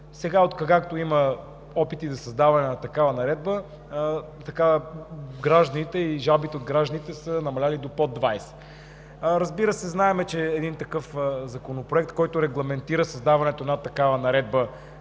Сега, откакто има опити за създаване на такава наредба, жалбите от гражданите са намалели до под 20. Разбира се, знаем, че един такъв законопроект, който регламентира създаването на наредба,